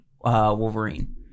Wolverine